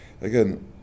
Again